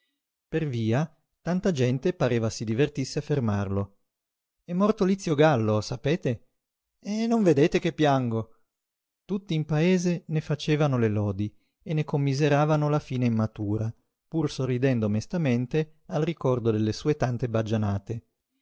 per via tanta gente pareva si divertisse a fermarlo è morto lizio gallo sapete e non vedete che piango tutti in paese ne facevano le lodi e ne commiseravano la fine immatura pur sorridendo mestamente al ricordo delle sue tante baggianate